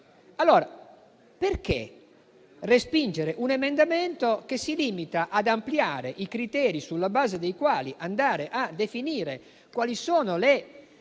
Allora perché respingere un emendamento che si limita ad ampliare i criteri sulla base dei quali definire le zone